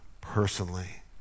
Personally